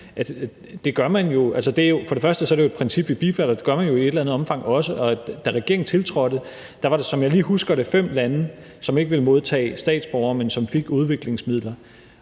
jo. Det er jo et princip, vi bifalder, og det gør man jo i et eller andet omfang også. Og da regeringen tiltrådte, var det, som jeg lige husker det, fem lande, som ikke ville modtage egne statsborgere, men som fik udviklingsmidler.